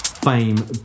fame